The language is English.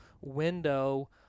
window